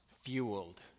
fueled